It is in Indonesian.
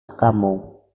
kamu